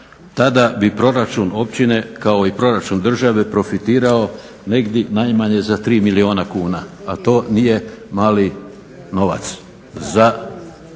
tada bi proračun općine, kao i proračun države, profitirao negdje najmanje za 3 milijuna kuna, a to nije mali novac za